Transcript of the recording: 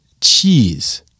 Cheese